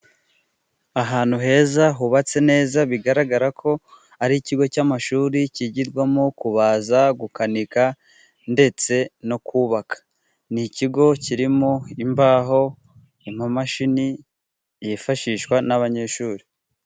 Ahantu heza hubatse neza bigaragara ko ari ikigo cy'amashuri kigirwamo kubaza, gukanika ndetse no kubaka. Ni ikigo kirimo imbaho ino mashini yifashishwa n'abanyeshuri.